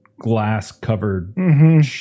glass-covered